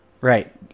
Right